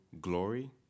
glory